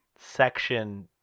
Section